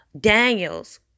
Daniels